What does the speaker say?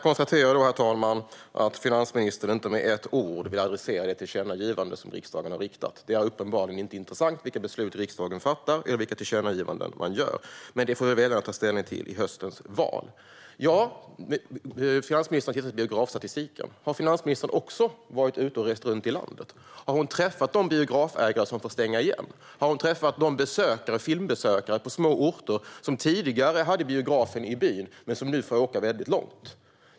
Herr talman! Jag konstaterar att finansministern inte med ett ord vill adressera det tillkännagivande som riksdagen har riktat. Det är uppenbarligen inte intressant vilka beslut riksdagen fattar eller vilka tillkännagivanden man gör, men det får väljarna ta ställning till i höstens val. Ja, finansministern har tittat på biografstatistiken. Har finansministern också rest runt i landet? Har hon träffat de biografägare som har fått stänga? Har hon träffat de biobesökare på små orter som tidigare hade biografen i byn men som nu får åka väldigt långt?